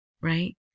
right